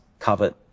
covered